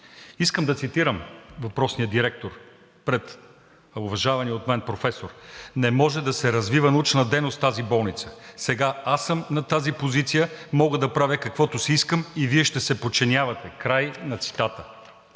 Искам да цитирам въпросния директор пред уважавания от мен професор: „Не може да се развива научна дейност в тази болница, сега съм на тази позиция – мога да правя каквото си искам и Вие ще се подчинявате“, край на цитата.